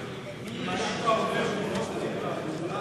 אנחנו פורשים מהפוליטיקה.